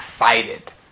excited